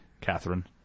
Catherine